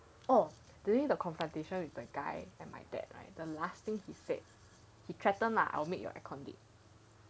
orh during the confrontation with the guy and my dad right the last thing he said he threatened lah I'll make your aircon leak